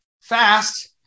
fast